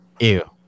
ew